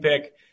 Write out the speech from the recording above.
pick